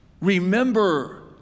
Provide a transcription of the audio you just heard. remember